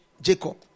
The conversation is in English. Jacob